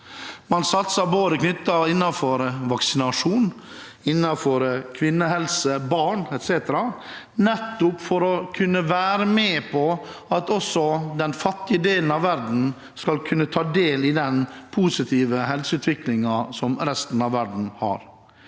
Man satser på vaksinasjon, kvinnehelse, barn etc. nettopp for at også den fattige delen av verden skal kunne ta del i den positive helseutviklingen som resten av verden har.